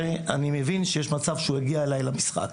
ואני מבין שיש מצב שהוא יגיע אליי למשחק.